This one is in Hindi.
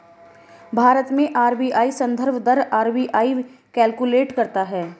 भारत में आर.बी.आई संदर्भ दर आर.बी.आई कैलकुलेट करता है